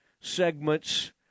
segments